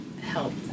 help